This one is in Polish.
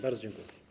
Bardzo dziękuję.